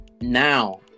now